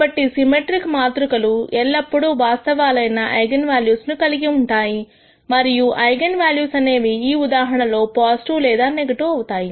కాబట్టి సిమెట్రిక్ మాతృకలు ఎల్లప్పుడూ వాస్తవాలైన ఐగన్ వాల్యూస్ కలిగి ఉంటాయి మరియు ఐగన్ వాల్యూస్ అనేవి ఈ ఉదాహరణలో పాజిటివ్ లేదా నెగిటివ్ అవుతాయి